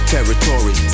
Territory